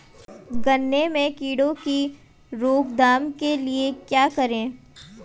गन्ने में कीड़ों की रोक थाम के लिये क्या करें?